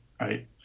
right